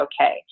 okay